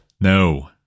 No